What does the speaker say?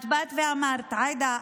את באת ואמרת: עאידה,